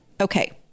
Okay